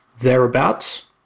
thereabouts